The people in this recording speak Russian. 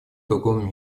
другом